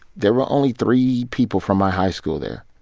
there were only three people from my high school there,